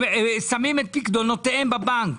ששמים את פקדונותיהם בבנק.